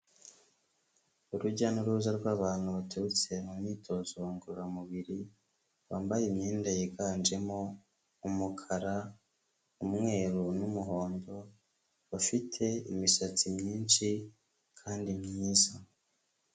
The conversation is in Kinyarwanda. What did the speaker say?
Urujya n'uruza rw'abantu baturutse mu myitozo ngororamubiri bambaye imyenda yiganjemo umukara, umweru n'umuhondo, ufite imisatsi myinshi kandi myiza.